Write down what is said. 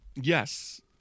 Yes